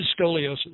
scoliosis